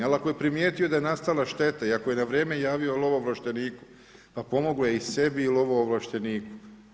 Ali ako je primijetio da je nastala šteta i ako je na vrijeme javio lovoovlašteniku pa pomogao je i sebi i lovoovlašteniku.